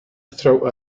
throw